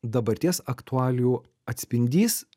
dabarties aktualijų atspindys